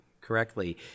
correctly